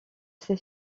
ses